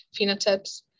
phenotypes